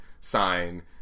sign